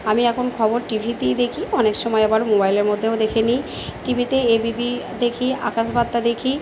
আমি এখন খবর টিভিতেই দেখি অনেক সময় আবার মোবাইলের মধ্যেও দেখে নিই টিভিতে এবিপি দেখি আকাশবার্তা দেখি